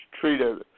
treated